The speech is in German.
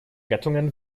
gattungen